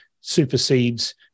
supersedes